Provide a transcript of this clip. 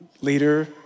leader